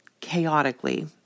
chaotically